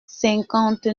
cinquante